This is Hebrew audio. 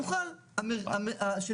איפה זה כתוב?